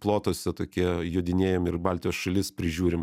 plotuose tokie jodinėjam ir baltijos šalis prižiūrim